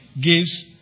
gives